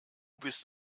bist